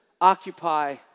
occupy